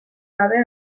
gabe